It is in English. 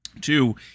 Two